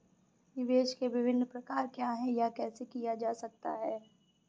निवेश के विभिन्न प्रकार क्या हैं यह कैसे किया जा सकता है?